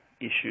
issues